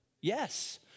Yes